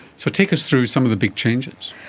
so take us through some of the big changes.